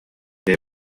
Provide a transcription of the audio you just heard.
бэйэ